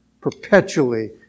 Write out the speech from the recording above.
perpetually